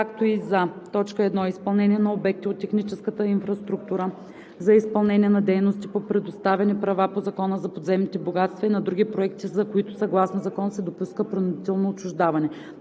както и за: 1. изпълнение на обекти от техническата инфраструктура, за изпълнение на дейности по предоставени права по Закона за подземните богатства и на други проекти, за които съгласно закон се допуска принудително отчуждаване;